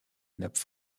nappes